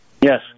Yes